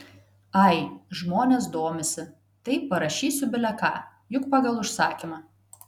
ai žmonės domisi tai parašysiu bile ką juk pagal užsakymą